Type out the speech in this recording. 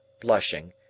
blushing